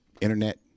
internet